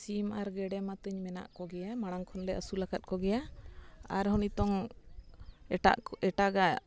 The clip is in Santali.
ᱥᱤᱢ ᱟᱨ ᱜᱮᱰᱮ ᱢᱟ ᱛᱤᱧ ᱢᱮᱱᱟᱜ ᱠᱚᱜᱮᱭᱟ ᱢᱟᱲᱟᱝ ᱠᱷᱚᱱᱞᱮ ᱟᱹᱥᱩᱞ ᱟᱠᱟᱫ ᱠᱚᱜᱮᱭᱟ ᱟᱨᱦᱚᱸ ᱱᱤᱛᱳᱜ ᱮᱴᱟᱜ ᱮᱴᱟᱜᱟᱜ